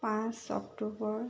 পাঁচ অক্টোবৰ